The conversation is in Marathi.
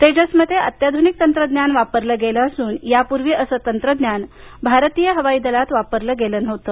तेजसमध्ये अत्याधुनिक तंत्रज्ञान वापरलं गेलं असून यापूर्वी असं तंत्रज्ञान भारतीय हवाई दलात वापरलं गेलं नव्हतं